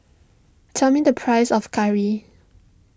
tell me the price of curry